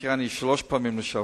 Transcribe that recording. במקרה אני שלוש פעמים "לשעבר"